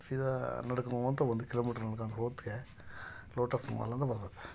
ಸೀದ ನಡ್ಕೋತ ಒಂದು ಕಿಲೋಮೀಟ್ರ್ ನಡ್ಕೊಂತ ಹೋಗೋದಕ್ಕೆ ಲೋಟಸ್ ಮಾಲ್ ಅಂತ ಬರ್ತೈತೆ